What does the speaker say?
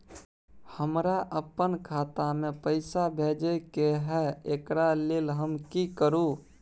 हमरा अपन खाता में पैसा भेजय के है, एकरा लेल हम की करू?